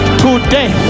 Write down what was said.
today